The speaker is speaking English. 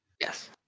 Yes